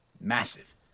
massive